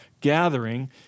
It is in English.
gathering